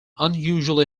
unusually